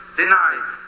denied